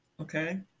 okay